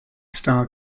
style